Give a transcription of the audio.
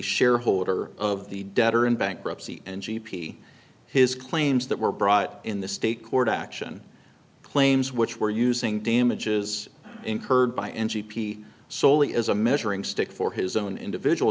shareholder of the debtor in bankruptcy and g p his claims that were brought in the state court action claims which were using damages incurred by in g p solely as a measuring stick for his own individual